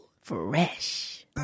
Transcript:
fresh